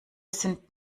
sind